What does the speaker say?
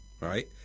right